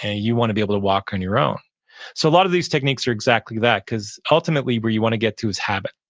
ah you want to be able to walk on your own so lot of these techniques are exactly that because ultimately where you want to get to is habit.